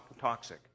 toxic